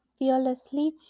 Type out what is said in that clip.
Fearlessly